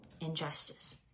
injustice